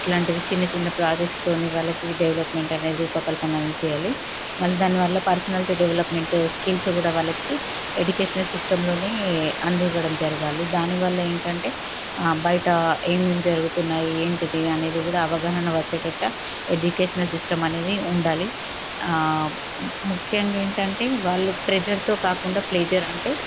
అలాంటివి చిన్న చిన్న ప్రాజెక్ట్స్తో వాళ్ళకి డెవలప్మెంట్ అనేది రూపకల్పనలను చెయ్యాలి మళ్ళీ దాని వల్ల పర్శనాలిటీ డెవలప్మెంట్ స్కిల్స్ కూడా వాళ్ళకి ఎడ్యుకేషనల్ సిస్టంలోనే అందివ్వడం జరగాలి దానివల్ల ఏంటంటే బయట ఏమేమి జరుగుతున్నాయి ఏంటిది అనేది కూడా అవగాహన వచ్చేటట్టు ఎడ్యుకేషనల్ సిస్టం అనేది ఉండాలి ముఖ్యంగా ఏంటంటే వాళ్ళు ప్రెజర్తో కాకుండా ప్లెషర్ అంటే